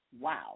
wow